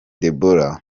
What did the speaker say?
deborah